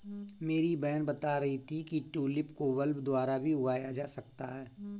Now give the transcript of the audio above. मेरी बहन बता रही थी कि ट्यूलिप को बल्ब द्वारा भी उगाया जा सकता है